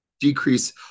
decrease